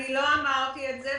זה לא נכון, ואני לא אמרתי את זה.